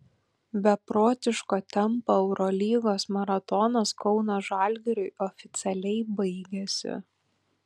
beprotiško tempo eurolygos maratonas kauno žalgiriui oficialiai baigėsi